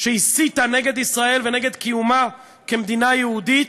שהסיתה נגד ישראל ונגד קיומה כמדינה יהודית.